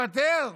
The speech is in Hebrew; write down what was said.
מהחשש הזה תתפטר,